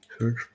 search